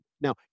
Now